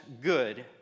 good